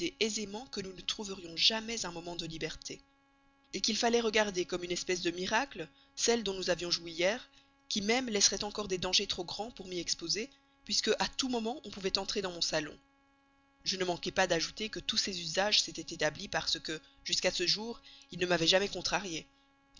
aisément que nous ne trouverions jamais un moment de liberté qu'il fallait regarder comme une espèce de miracle celle dont nous avions joui hier qui même laisserait encore des dangers trop grands pour m'y exposer puisqu'à tout moment on pouvait entrer dans mon salon je ne manquai pas d'ajouter que tous ces usages s'étaient établis parce que jusqu'à ce jour ils ne m'avaient jamais contrariée